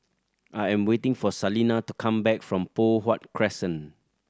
I am waiting for Salena to come back from Poh Huat Crescent